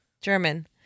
German